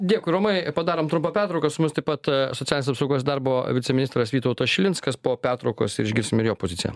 dėkui romai padarom trumpą pertrauką su mumis taip pat socialinės apsaugos ir darbo viceministras vytautas šilinskas po pertraukos išgirsim ir jo poziciją